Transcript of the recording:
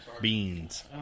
beans